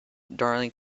darling